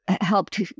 helped